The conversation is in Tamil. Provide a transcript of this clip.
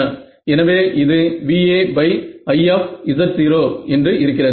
எனவே இது Va I என்று இருக்கிறது